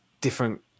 different